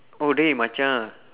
oh dey macha